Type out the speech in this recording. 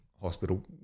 hospital